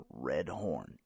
Redhorn